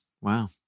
Wow